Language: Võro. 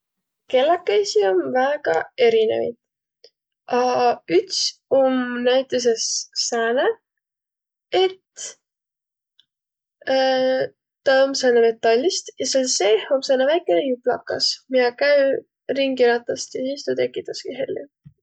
Kelläkeisi om väega erinevit. üts um näütüses sääne, et tä om sääne metallist ja sääl seeh om sääne väikene jublakas, miä käü ringiratast ja sis tuu tekitäski hellü.